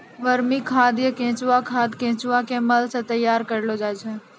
वर्मी खाद या केंचुआ खाद केंचुआ के मल सॅ तैयार करलो जाय छै